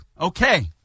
okay